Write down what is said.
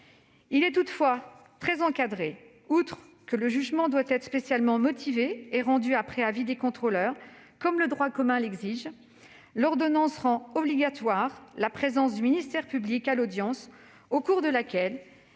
Il est toutefois très encadré : outre que le jugement doit être spécialement motivé et rendu après avis des contrôleurs, comme le droit commun l'exige, l'ordonnance rend obligatoire la présence à l'audience du ministère public,